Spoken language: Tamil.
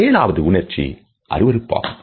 ஏழாவது உணர்ச்சி அருவருப்பாகும்